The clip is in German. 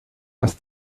dass